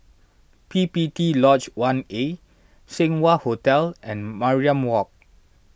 P P T Lodge one A Seng Wah Hotel and Mariam Walk